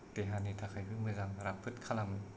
देहानि थाखायबो मोजां राफोद खालामो